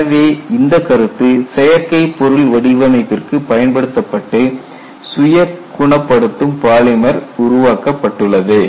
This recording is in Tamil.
எனவே இந்த கருத்து செயற்கை பொருள் வடிவமைப்பிற்கு பயன்படுத்தப்பட்டு சுய குணப்படுத்தும் பாலிமர் உருவாக்கப்பட்டுள்ளது